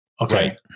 okay